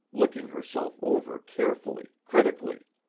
looking herself over carefully, critically.